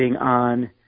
on